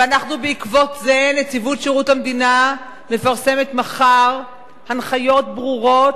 ובעקבות זה נציבות שירות המדינה מפרסמת מחר הנחיות ברורות,